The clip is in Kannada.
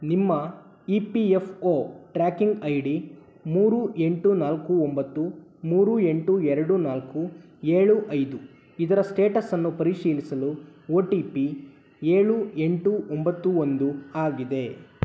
ನಿಮ್ಮ E P F O tracking I D ಮೂರು ಎಂಟು ನಾಲ್ಕು ಒಂಬತ್ತು ಮೂರು ಎಂಟು ಎರಡು ನಾಲ್ಕು ಏಳು ಐದು ಇದರ ಸ್ಟೇಟಸನ್ನು ಪರಿಶೀಲಿಸಲು ಒ ಟಿ ಪಿ ಏಳು ಎಂಟು ಒಂಬತ್ತು ಒಂದು ಆಗಿದೆ